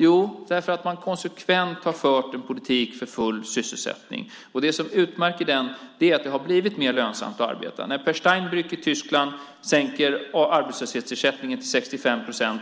Jo, för där har man konsekvent fört en politik för full sysselsättning. Det som utmärker den är att det har blivit mer lönsamt att arbeta. När Peer Steinbrück i Tyskland sänker arbetslöshetsersättningen till 65 procent